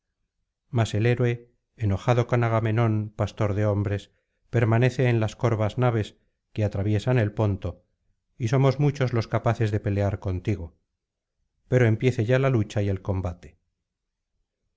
mas el héroe enojado con agamenón pastor de hombres permanece en las corvas naves que atraviesan el ponto y somos muchos los capaces de pelear contigo pero empiece ya la lucha y el combate